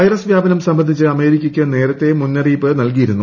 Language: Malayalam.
വൈറസ് വ്യാപനം സംബന്ധിച്ച് അമേരിക്കയ്ക്ക് നേരത്തെ മുന്നറിയിപ്പ് നൽകിയിരുന്നു